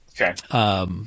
Okay